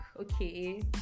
okay